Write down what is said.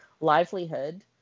livelihood